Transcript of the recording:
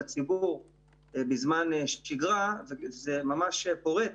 בזמן שגרה וזה ממש פורץ